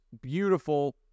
beautiful